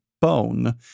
bone